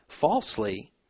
falsely